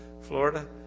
Florida